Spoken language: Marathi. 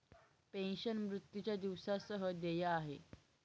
पेन्शन, मृत्यूच्या दिवसा सह देय आहे